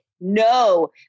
No